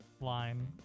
line